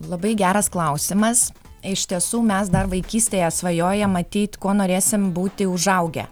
labai geras klausimas iš tiesų mes dar vaikystėje svajoję matyt kuo norėsim būti užaugę